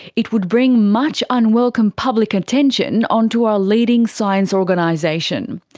it would bring much unwelcome public attention onto our leading science organisation.